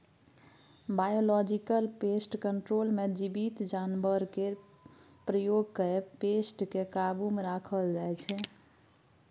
biological pest control मे जीबित जानबरकेँ प्रयोग कए पेस्ट केँ काबु मे राखल जाइ छै